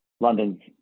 London's